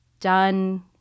done